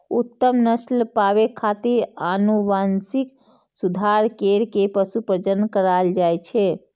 उत्तम नस्ल पाबै खातिर आनुवंशिक सुधार कैर के पशु प्रजनन करायल जाए छै